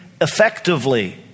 effectively